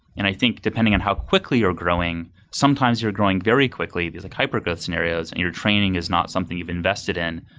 and i think depending on how quickly you're growing, sometimes you're growing very quickly. this like hyper-growth scenarios and your training is not something you've invested in.